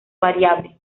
variable